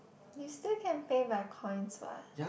you still can pay by coins what